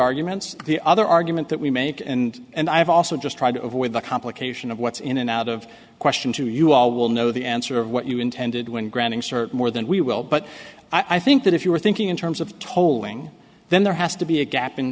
arguments the other argument that we make and and i have also just tried to avoid the complication of what's in and out of question to you all will know the answer of what you intended when granting certain more than we will but i think that if you are thinking in terms of tolling then there has to be a gap in